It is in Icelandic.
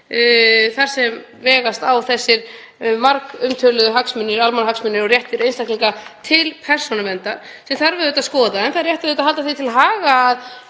þar sem vegast á þessir margumtöluðu hagsmunir, almannahagsmunir og réttur einstaklinga til persónuverndar sem þarf auðvitað að skoða. En það er rétt að halda því til haga af